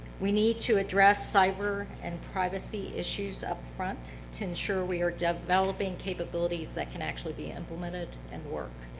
we need to address cyber and privacy issues up front to ensure we are developing capabilities that can actually be implemented and work.